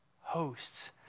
hosts